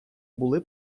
були